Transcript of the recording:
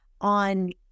on